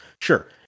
Sure